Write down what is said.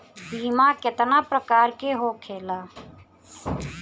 बीमा केतना प्रकार के होखे ला?